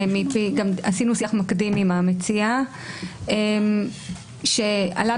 עשינו שיח מקדים עם המציע וכמו שאמר